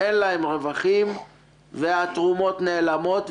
אין להם רווחים והתרומות נעלמות,